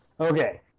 Okay